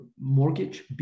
mortgage